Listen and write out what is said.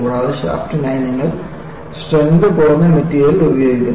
കൂടാതെ ഷാഫ്റ്റിനായി നിങ്ങൾ സ്ട്രെങ്ത് കുറഞ്ഞ മെറ്റീരിയൽ ഉപയോഗിക്കുന്നു